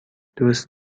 دوست